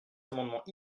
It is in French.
amendements